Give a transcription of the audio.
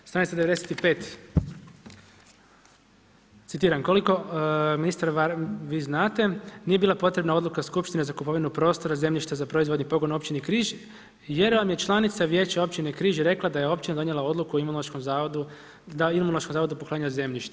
Stranica 95, citiram, ukoliko, ministar, vi znate, nije bila potrebna odluka skupština za kupovinu prostora, zemljišta za proizvodni pogon u općini Križ, jer vam je članica vijeća općine Križ rekla da je općina donijela odluku o Imunološkom zavodu, da Imunološkom zavodu poklanja zemljište.